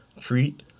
treat